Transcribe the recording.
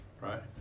right